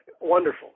Wonderful